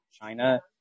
China